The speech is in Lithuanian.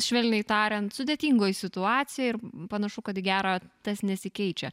švelniai tariant sudėtingoj situacija ir panašu kad į gerą tas nesikeičia